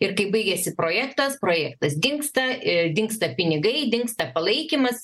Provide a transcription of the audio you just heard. ir kai baigiasi projektas projektas dingsta ir dingsta pinigai dingsta palaikymas